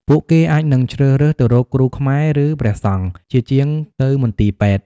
ពួកគេអាចនឹងជ្រើសរើសទៅរក គ្រូខ្មែរ ឬព្រះសង្ឃ ជាជាងទៅមន្ទីរពេទ្យ។